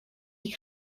die